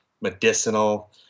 medicinal